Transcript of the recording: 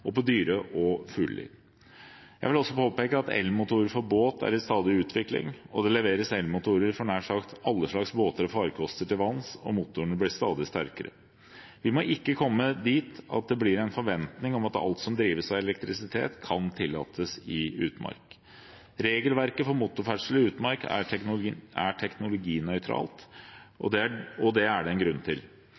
og på dyre- og fugleliv. Jeg vil også påpeke at elmotorer for båt er i stadig utvikling, og det leveres elmotorer for nær sagt alle slags båter og farkoster til vanns, og motorene blir stadig sterkere. Vi må ikke komme dit at det blir en forventning om at alt som drives av elektrisitet, kan tillates i utmark. Regelverket for motorferdsel i utmark er teknologinøytralt, og det er det en grunn til. Elmotorer er, riktignok i varierende grad, støysvake, og de har ikke utslipp til